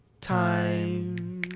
time